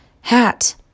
Hat